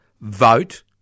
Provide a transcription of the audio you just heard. vote